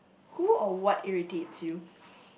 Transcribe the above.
who or what irritates you